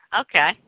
Okay